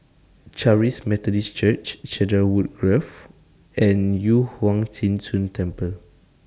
Charis Methodist Church Cedarwood Grove and Yu Huang Zhi Zun Temple